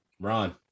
Ron